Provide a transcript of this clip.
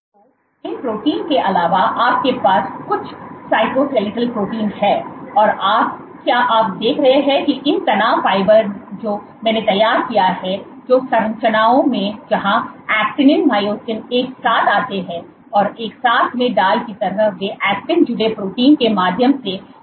तो इन प्रोटीन के अलावा आप के पास कुछ साइटोस्केलेल प्रोटीन है और आप क्या आप देख रहे है की इन तनाव फाइबर जो मैंने तैयार किया है जो संरचनाओं है जहां actinin myosin एक साथ आते है और एक साथ में डाल की तरह वे actin जुड़े प्रोटीन के माध्यम से एक जगह में रहते हैं